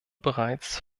bereits